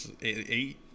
eight